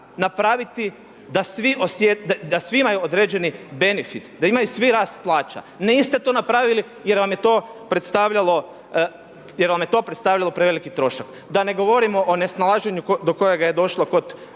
osjete, da svi imaju određeni benefit, da imaju svi rast plaća. Niste to napravili jer vam je to predstavljalo, jer vam je to predstavljalo preveliki trošak. Da ne govorimo o nesnalaženju do kojega je došlo